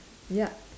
ya